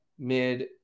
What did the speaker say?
mid